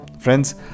Friends